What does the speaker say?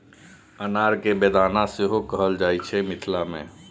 अनार केँ बेदाना सेहो कहल जाइ छै मिथिला मे